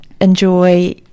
enjoy